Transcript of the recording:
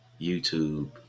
YouTube